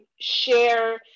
share